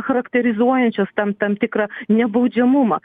charakterizuojančios tam tam tikrą nebaudžiamumą